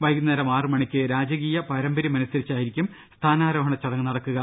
വൈകുന്നേരം ആ റുമണിക്ക് രാജകീയ പാരമ്പര്യമനുസരിച്ചായിരിക്കും സ്ഥാനാരോഹ ണ ചടങ്ങ് നടക്കുക